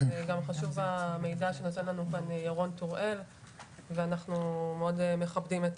גם חשוב המידע שנתן לנו כאן ירון טוראל ואנחנו מאוד מכבדים את